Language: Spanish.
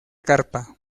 carpa